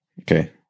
okay